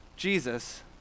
Jesus